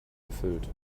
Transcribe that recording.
erfüllt